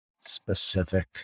specific